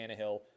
Tannehill